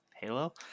Halo